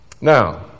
Now